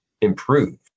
improved